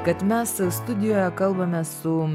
kad mes studijoje kalbame su